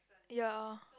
ya